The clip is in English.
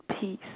peace